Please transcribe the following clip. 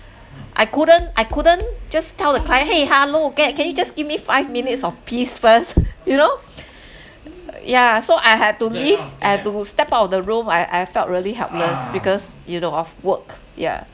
I couldn't I couldn't just tell the client !hey! hello kay can you just give me five minutes of peace first you know yeah so I had to leave I have to step out of the room I I felt really helpless because you know of work yeah